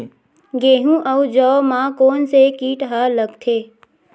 गेहूं अउ जौ मा कोन से कीट हा लगथे?